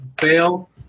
fail